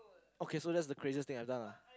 okay so that's the craziest thing I have done lah